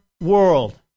world